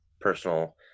personal